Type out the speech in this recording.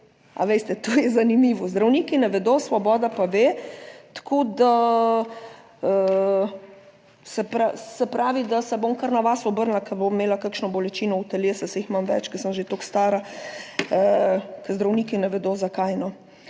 to je zanimivo. Zdravniki ne vedo, svoboda pa ve. Tako da se pravi, da se bom kar na vas obrnila, ko bom imela kakšno bolečino v telesu, saj jih imam več, ker sem že toliko stara, ker zdravniki ne vedo, zakaj. No.